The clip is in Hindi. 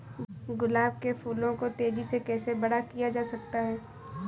गुलाब के फूलों को तेजी से कैसे बड़ा किया जा सकता है?